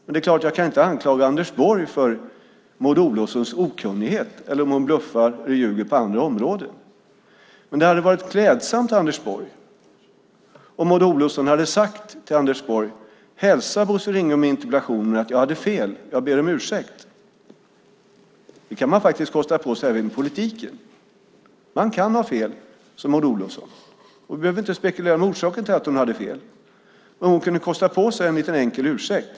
Det är klart att jag inte kan anklaga Anders Borg för Maud Olofssons okunnighet eller om hon bluffar och ljuger på andra områden, men det hade varit klädsamt om Maud Olofsson hade sagt till Anders Borg: Hälsa Bosse Ringholm att jag hade fel och att jag ber om ursäkt! Det kan man faktiskt kosta på sig även i politiken. Man kan ha fel, som Maud Olofsson. Vi behöver inte spekulera om orsaken till att hon hade fel, men hon kunde kosta på sig en enkel ursäkt.